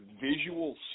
visual